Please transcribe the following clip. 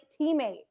teammate